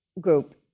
Group